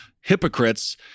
hypocrites